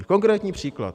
Konkrétní příklad.